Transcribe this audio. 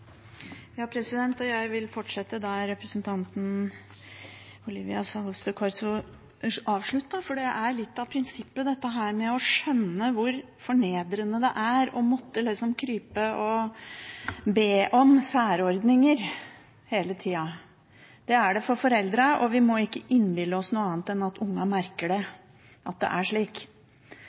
Olivia Corso Salles avsluttet, for det er litt av prinsippet her, dette med å skjønne hvor fornedrende det er å måtte krype og be om særordninger hele tida. Det er det for foreldrene, og vi må ikke innbille oss noe annet enn at ungene merker at det er slik.